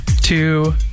two